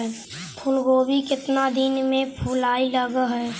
फुलगोभी केतना दिन में फुलाइ लग है?